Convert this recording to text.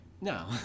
no